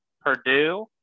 purdue